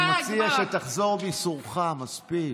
אני מציע שתחזור מסורך, מספיק.